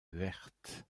verte